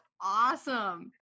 awesome